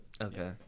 Okay